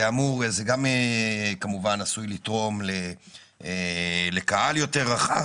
זה גם כמובן עשוי לתרום לקהל יותר רחב.